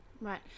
Right